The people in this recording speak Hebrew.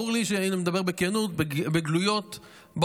אני מדבר גלויות ובכנות,